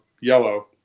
yellow